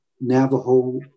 Navajo